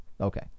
Okay